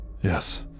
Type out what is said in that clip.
Yes